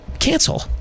cancel